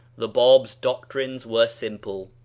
the bab's doctrines were simple.